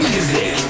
Music